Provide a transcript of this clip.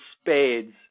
spades